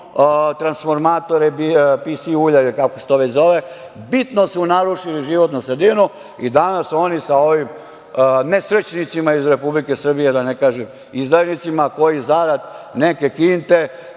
transformatore, bitno su narušili životnu sredinu i danas oni sa ovim nesrećnicima iz Republike Srbije, da ne kažem izdajnicima, koji zarad neke kinte